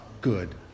good